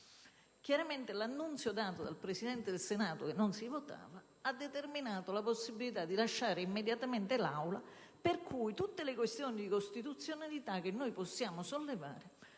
Chiaramente, l'annunzio dato dal Presidente del Senato che non si votava ha determinato la possibilità di lasciare immediatamente l'Aula, per cui tutte le questioni di costituzionalità che possiamo sollevare